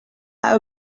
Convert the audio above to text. how